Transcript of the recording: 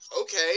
okay